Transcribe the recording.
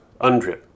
UNDRIP